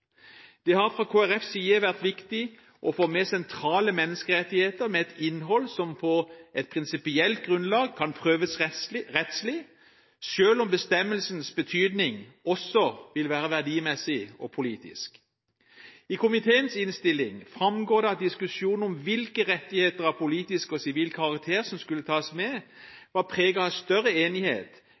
Det har fra Kristelig Folkepartis side vært viktig å få med sentrale menneskerettigheter med et innhold som på et prinsipielt grunnlag kan prøves rettslig, selv om bestemmelsenes betydning også vil være verdimessig og politisk. I komiteens innstilling framgår det at diskusjonen om hvilke rettigheter av politisk og sivil karakter som skulle tas med, var preget av større enighet